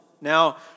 Now